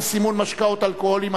סימון משקאות אלכוהוליים),